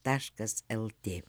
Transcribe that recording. taškas lt